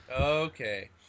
Okay